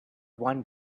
one